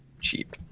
cheap